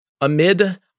Amid